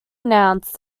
announced